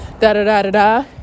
da-da-da-da-da